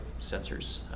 sensors